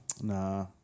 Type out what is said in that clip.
Nah